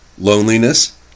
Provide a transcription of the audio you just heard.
loneliness